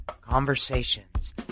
conversations